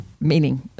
meaning